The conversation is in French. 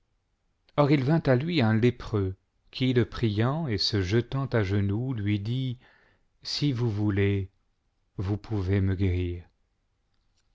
or il vint à lui un lépreux qui le priant et se jetant à genoux lui dit si vous voulez vous pouvez me guérir